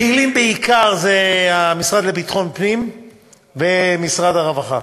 פעילים בעיקר המשרד לביטחון הפנים ומשרד הרווחה.